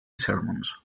sermons